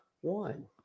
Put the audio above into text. one